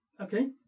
Okay